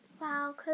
Wow